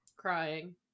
Crying